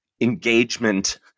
engagement